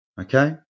Okay